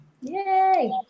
Yay